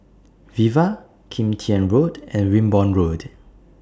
Viva Kim Tian Road and Wimborne Road